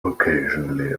occasionally